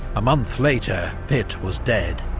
a month later pitt was dead,